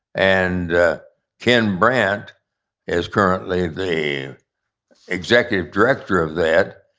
and ah ken brandt is currently the executive director of that.